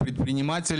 כמה שצריך.